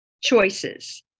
choices